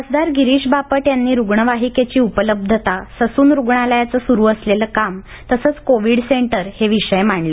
खासदार गिरीश बापट यांनी रुग्णवाहिकेची उपलब्धता ससून रुग्णालयाचं सुरू असलेलं काम तसंच कोविड सेंटर हे विषय मांडले